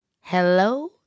Hello